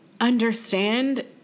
understand